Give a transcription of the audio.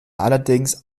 allerdings